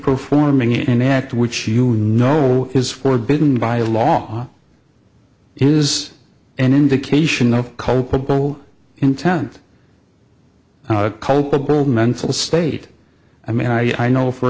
performing in act which you know is forbidden by law is an indication of culpable intent culpable mental state i mean i know for